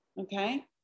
okay